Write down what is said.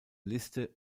liste